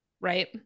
right